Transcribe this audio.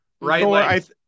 right